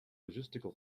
logistical